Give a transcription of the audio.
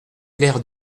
clair